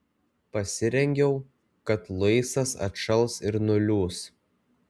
pasirengiau kad luisas atšals ir nuliūs